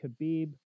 khabib